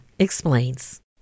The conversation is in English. Explains